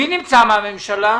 מי נמצא מהממשלה?